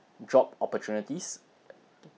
job opportunities